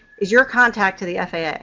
is your contact to the faa. yeah